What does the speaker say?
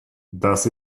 das